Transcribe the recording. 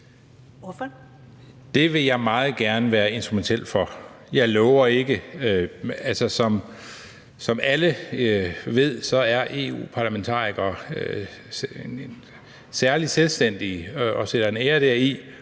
Det vil jeg meget gerne være instrumentel for. Jeg lover ikke noget. Som alle ved, er EU-parlamentarikere særlig selvstændige og sætter en ære deri,